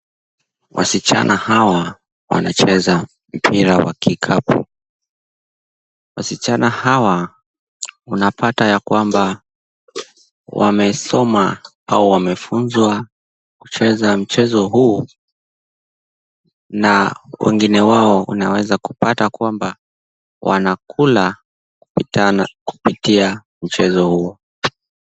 Wasichana hawa wanacheza mpira wa kikapu. Wasichana hawa unapata ya kwamba wamesoma au wamefunzwa kucheza mchezo huu na wengine wao unaweza kupata kwamba wanakula kupitia mchezo huo.